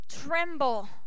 tremble